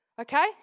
Okay